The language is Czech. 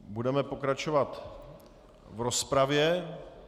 Budeme pokračovat v rozpravě.